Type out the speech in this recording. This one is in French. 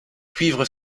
cuivre